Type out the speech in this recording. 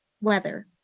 weather